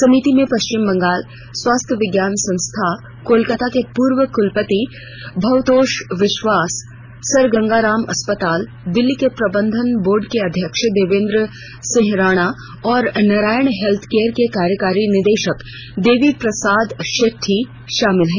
समिति में पश्चिम बंगाल स्वास्थ्य विज्ञान संस्थान कोलकाता के पूर्व क्लपति भबतोष विश्वास सर गंगा राम अस्पताल दिल्ली के प्रबंधन बोर्ड के अध्यक्ष देवेंद्र सिंह राणा और नारायण हेत्थकेयर के कार्यकारी निदेशक देवी प्रसाद शेट्टी शामिल हैं